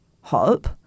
hope